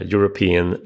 European